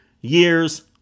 years